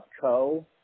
co